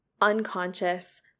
unconscious